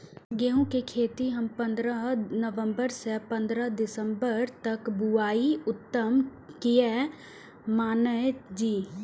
गेहूं के खेती हम पंद्रह नवम्बर से पंद्रह दिसम्बर तक बुआई उत्तम किया माने जी?